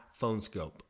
Phonescope